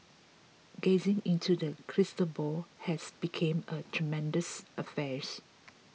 gazing into the crystal ball has become a treacherous affairs